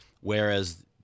whereas